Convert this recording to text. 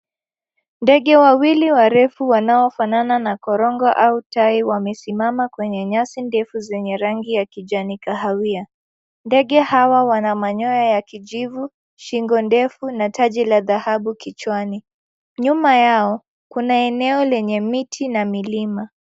Ndege wawili warefu wanaofanana na korongo au tai wamesimama kwenye nyasi ndefu zenye rangi ya kijani kahawia. Ndege hawa wana manyoya ya kijivu, shingo ndefu na taji la dhahabu kichwani. Nyuma yao kuna eneo lenye miti na milima.